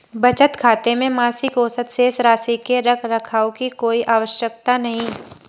बचत खाते में मासिक औसत शेष राशि के रख रखाव की कोई आवश्यकता नहीं